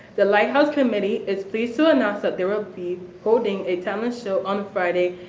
the lighthouse committee is pleased to announce that they will be hosting a talent show on friday,